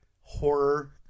horror